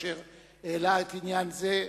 אשר העלה עניין זה.